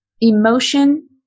emotion